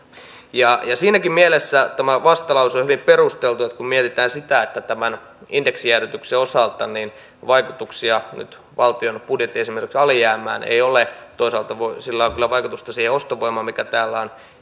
siinäkin mielessä tämä vastalause on hyvin perusteltu että kun mietitään sitä että tämän indeksijäädytyksen osalta vaikutuksia nyt valtion budjetin esimerkiksi alijäämään ei ole toisaalta sillä on kyllä vaikutusta siihen ostovoimaan mikä täällä